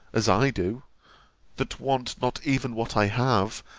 as i do that want not even what i have,